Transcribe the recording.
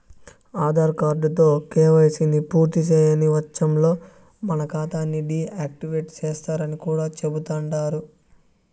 ఆదార్ కార్డుతో కేవైసీని పూర్తిసేయని వచ్చంలో మన కాతాని డీ యాక్టివేటు సేస్తరని కూడా చెబుతండారు